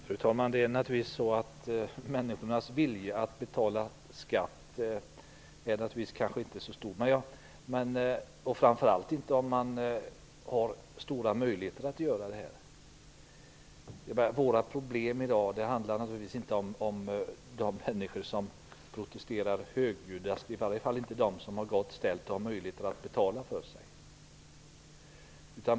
Fru talman! Människornas vilja att betala skatt är kanske inte så stor, framför allt inte bland dem som har stora möjligheter att göra det. Våra problem handlar i dag naturligtvis inte om de människor som protesterar högljuddast, i varje fall inte om dem som har gott ställt och har möjligheter att betala för sig.